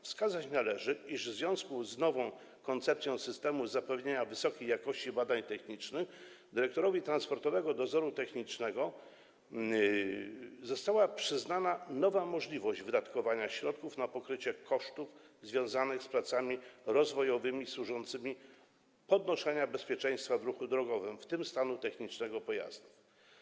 Wskazać należy, iż w związku z nową koncepcją systemu zapewnienia wysokiej jakości badań technicznych dyrektorowi Transportowego Dozoru Technicznego została przyznana nowa możliwość - wydatkowania środków na pokrycie kosztów związanych z pracami rozwojowymi służącymi podnoszeniu bezpieczeństwa w ruchu drogowym, w tym stanu technicznego pojazdów.